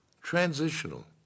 transitional